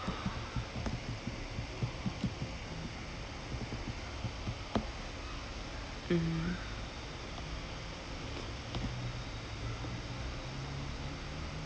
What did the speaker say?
mmhmm